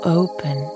open